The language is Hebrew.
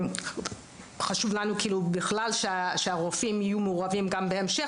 חשוב לנו שגם הרופאים יהיו מעורבים בהמשך